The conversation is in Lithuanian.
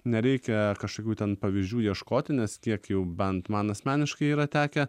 nereikia kažkokių ten pavyzdžių ieškoti nes kiek jau bent man asmeniškai yra tekę